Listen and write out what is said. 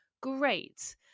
Great